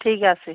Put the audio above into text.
ঠিক আছে